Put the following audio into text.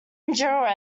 endure